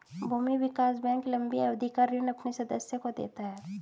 भूमि विकास बैंक लम्बी अवधि का ऋण अपने सदस्यों को देता है